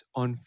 on